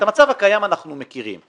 את המצב הקיים אנחנו מכירים.